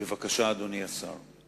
בבקשה, אדוני השר.